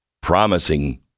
promising